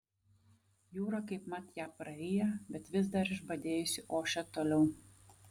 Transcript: jūra kaipmat ją praryja bet vis dar išbadėjusi ošia toliau